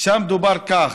ושם דובר כך: